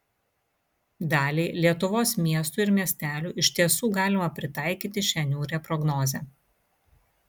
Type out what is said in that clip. daliai lietuvos miestų ir miestelių iš tiesų galima pritaikyti šią niūrią prognozę